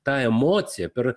tą emociją per